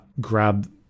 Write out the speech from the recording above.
grab